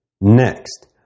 Next